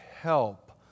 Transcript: help